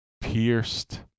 pierced